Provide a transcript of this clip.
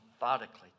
methodically